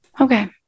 okay